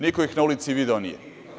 Niko ih na ulici video nije.